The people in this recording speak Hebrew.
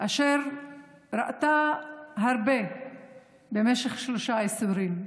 אשר ראתה הרבה במשך שלושה עשורים,